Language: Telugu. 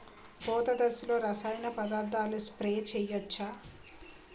పూత దశలో రసాయన పదార్థాలు స్ప్రే చేయచ్చ?